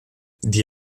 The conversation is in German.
die